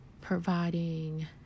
providing